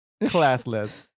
Classless